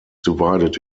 divided